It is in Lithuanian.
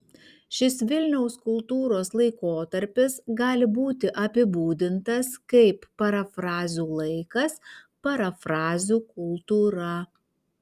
šis vilniaus kultūros laikotarpis gali būti apibūdintas kaip parafrazių laikas parafrazių kultūra